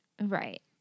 right